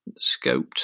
Scoped